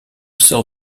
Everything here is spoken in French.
sort